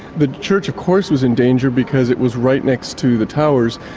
the church of course was in danger because it was right next to the towers,